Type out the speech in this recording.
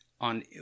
on